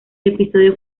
episodio